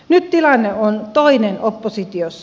nyt tilanne on toinen oppositiossa